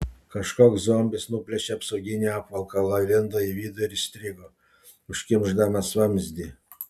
kažkoks zombis nuplėšė apsauginį apvalkalą įlindo į vidų ir įstrigo užkimšdamas vamzdį